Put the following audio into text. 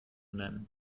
nennen